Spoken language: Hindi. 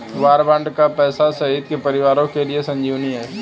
वार बॉन्ड का पैसा शहीद के परिवारों के लिए संजीवनी है